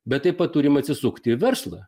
bet taip pat turim atsisukti į verslą